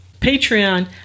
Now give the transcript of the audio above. Patreon